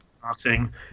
Boxing